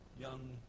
young